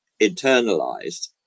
internalized